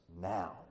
now